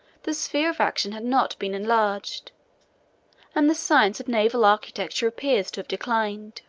the sphere of action had not been enlarged and the science of naval architecture appears to have declined.